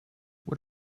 what